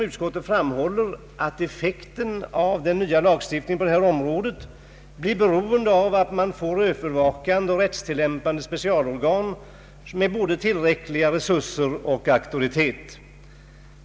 Utskottet framhåller, att effekten av en ny lagstiftning på detta område blir beroende av att man får övervakande och rättstillämpande specialorgan med tillräckliga resurser och tillräcklig auktoritet.